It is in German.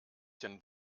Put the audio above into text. den